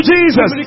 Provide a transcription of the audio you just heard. Jesus